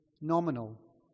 nominal